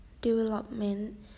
development